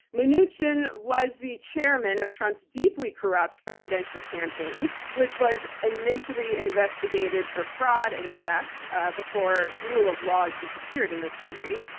mnuchin was the chairman of trump's deeply corrupt presidential campaign, which was initially investigated for fraud and theft before rule of law disappeared in this country.